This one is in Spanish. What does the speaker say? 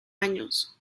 años